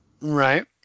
Right